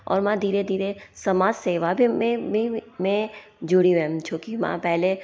और मां धीरे धीरे समाज सेवा में बि में में में जुड़ी वयमि छोकी मां पहले